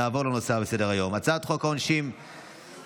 נעבור לנושא הבא בסדר-היום: הצעת חוק העונשין (תיקון,